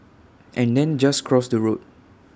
and then just cross the road